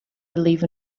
believe